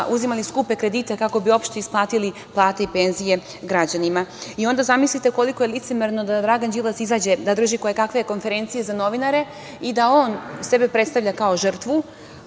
uzimali skupe kredite kako bi uopšte isplatili plate i penzije građanima. Onda zamislite koliko je licemerno da Dragan Đilas izađe da drži kojekakve konferencije za novinare i da on sebe predstavlja kao žrtvu,